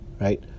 right